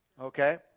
Okay